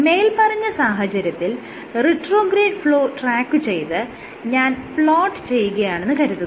മേല്പറഞ്ഞ സാഹചര്യത്തിൽ retrograde flow ട്രാക്കുചെയ്ത് ഞാൻ പ്ലോട്ട് ചെയ്യുകയാണെന്ന് കരുതുക